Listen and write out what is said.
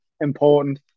important